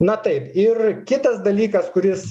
na taip ir kitas dalykas kuris